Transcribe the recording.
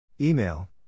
Email